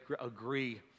agree